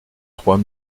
trois